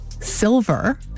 Silver